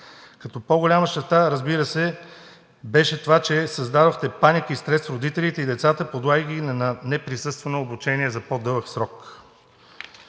като по-голяма щета, разбира се, беше това, че създадохте паника и стрес в родителите и децата, подлагайки ги на неприсъствено обучение за по-дълъг срок.